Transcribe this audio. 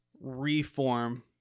reform